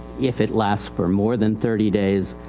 if it lasts for more than thirty days,